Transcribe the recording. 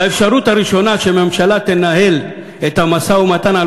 לאפשרות הראשונה שהממשלה תנהל את המשא-ומתן על